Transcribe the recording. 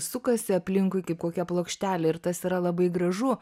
sukasi aplinkui kaip kokia plokštelė ir tas yra labai gražu